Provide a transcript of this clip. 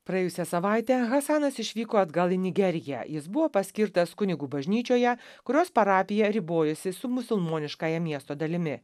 praėjusią savaitę hasanas išvyko atgal į nigeriją jis buvo paskirtas kunigu bažnyčioje kurios parapija ribojasi su musulmoniškąja miesto dalimi